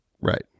Right